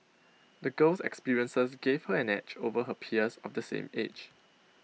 the girl's experiences gave her an edge over her peers of the same age